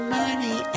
money